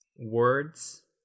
words